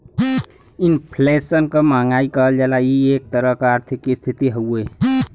inflation क महंगाई कहल जाला इ एक तरह क आर्थिक स्थिति हउवे